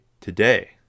today